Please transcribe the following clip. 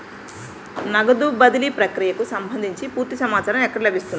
నగదు బదిలీ ప్రక్రియకు సంభందించి పూర్తి సమాచారం ఎక్కడ లభిస్తుంది?